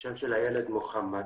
השם של הילד מוחמד.